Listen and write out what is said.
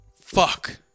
Fuck